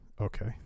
okay